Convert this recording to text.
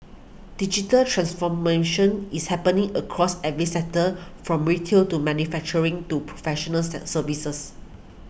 digital transformation is happening across every sector from retail to manufacturing to professional services